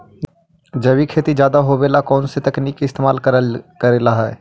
जैविक खेती ज्यादा होये ला कौन से तकनीक के इस्तेमाल करेला हई?